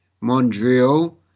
Montreal